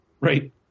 Right